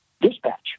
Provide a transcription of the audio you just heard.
dispatch